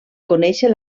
conèixer